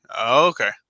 okay